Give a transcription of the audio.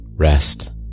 rest